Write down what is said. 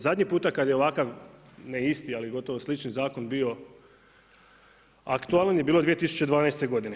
Zadnji puta kada je ovakav, ne isti, ali gotovo slični zakon bio aktualan je bilo 2012. godine.